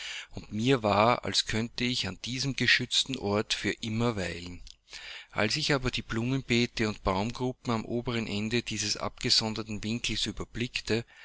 und mir war als könnte ich an diesem geschützten ort für immer weilen als ich aber die blumenbeete und baumgruppen am oberen ende dieses abgesonderten winkels überblickte